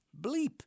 bleep